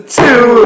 two